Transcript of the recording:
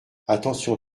attention